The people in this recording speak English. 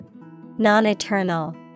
Non-eternal